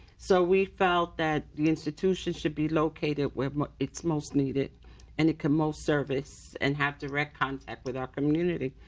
so we felt that the institution should be located where it's most needed and it could most service and have direct contact with our community.